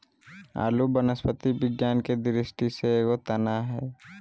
आलू वनस्पति विज्ञान के दृष्टि से एगो तना हइ